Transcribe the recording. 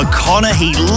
McConaughey